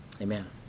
amen